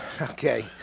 okay